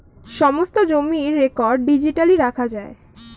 সমস্ত জমির record digitally রাখা যায়